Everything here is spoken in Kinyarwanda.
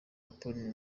apple